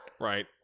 Right